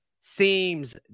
seems